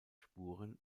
spuren